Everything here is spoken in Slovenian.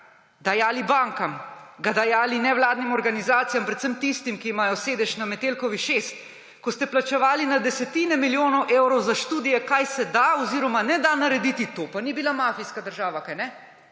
dajali bankam, ga dajali nevladnim organizacijam, predvsem tistim, ki imajo sedež na Metelkovi 6, ko ste plačevali na desetine milijonov evrov za študije, kaj se da oziroma ne da narediti, to pa ni bila mafijska država? Kajti